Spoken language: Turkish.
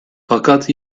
fakat